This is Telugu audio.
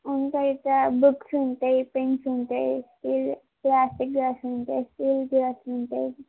ఇంకాయితే బుక్స్ ఉంటాయి పెన్స్ ఉంటాయి స్టీల్ ప్లాస్టిక్ గ్లాస్ ఉంటాయి స్టీల్ గ్లాస్ ఉంటాయి